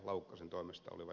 salolaisen ja ed